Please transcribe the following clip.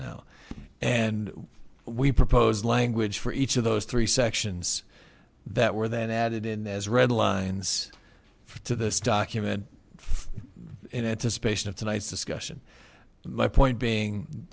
now and we proposed language for each of those three sections that were then added in those red lines to this document in anticipation of tonight's discussion and my point being